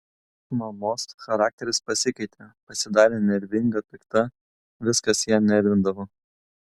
mamos charakteris pasikeitė pasidarė nervinga pikta viskas ją nervindavo